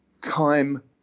time